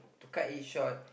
to cut it short